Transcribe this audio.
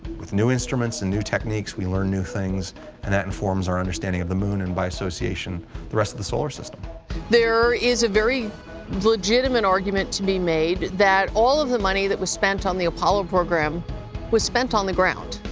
with new instruments and new techniques we learn new things and that informs our understanding of the moon and by association the rest of the solar system. margaret weitekamp there is a very legitimate argument to be made that all of the money that was spent on the apollo program was spent on the ground.